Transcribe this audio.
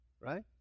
right